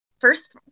First